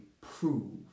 prove